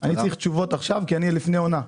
אני צריך עכשיו תשובות, כי אני לפני עונה.